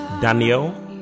Daniel